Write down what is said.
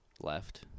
left